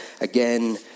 again